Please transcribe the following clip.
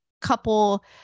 couple